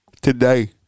today